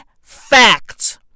facts